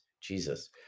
Jesus